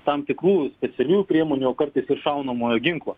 tam tikrų specialiųjų priemonių o kartais ir šaunamojo ginklo